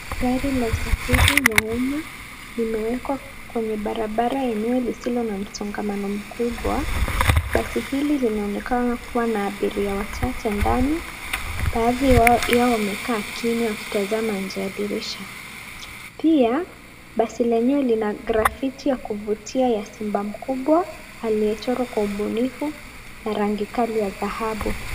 Gari la usafiri wa uma limewekwa kwenye barabara enywe lisilo na msongamano mkubwa, basi hili linaonekana kuwa na abiria wachache ndani baadhi yao wamekaa kimya wakitazama nje ya dirisha. Pia basi lenyewe lina graffiti ya kuvutia ya simba mkubwa aliyechorwa kwa ubunifu na rangi kali ya dhahabu.